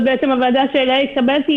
הוועדה שאליה התקבלתי,